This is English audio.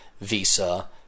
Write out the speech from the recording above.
Visa